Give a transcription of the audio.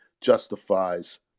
justifies